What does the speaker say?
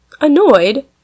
Annoyed